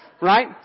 right